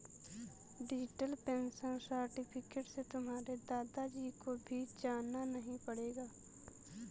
digital pension certificate से तुम्हारे दादा जी को भी जाना नहीं पड़ेगा